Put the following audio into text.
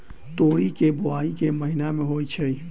तोरी केँ बोवाई केँ महीना मे होइ छैय?